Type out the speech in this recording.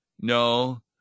no